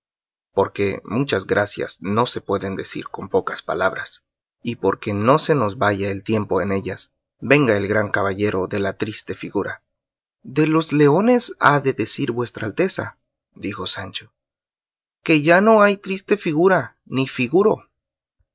porque muchas gracias no se pueden decir con pocas palabras y porque no se nos vaya el tiempo en ellas venga el gran caballero de la triste figura de los leones ha de decir vuestra alteza dijo sancho que ya no hay triste figura ni figuro